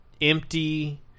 empty